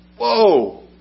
Whoa